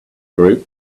group